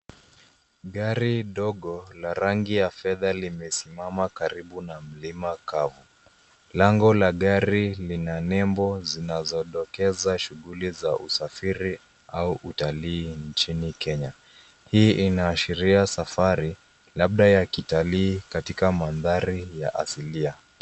Gari dogo la rangi ya fedha limesimama karibu na mlima kavu. Lango la gari lina nembo zinazodokeza shughuli za usafiri au utalii nchini Kenya. Hii inaashiria safari, labda ya kitalii, katika mandhari ya asilia.